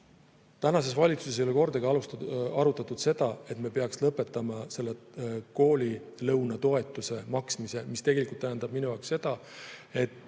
Tänases valitsuses ei ole kordagi arutatud seda, et me peaks lõpetama koolilõunatoetuse maksmise, mis tähendab minu arvates seda, et